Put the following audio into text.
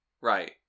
Right